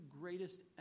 greatest